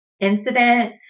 Incident